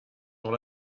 dans